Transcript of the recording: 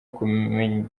kumenyesha